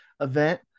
event